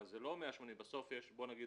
אבל זה לא 180. בסוף יש בוא נגיד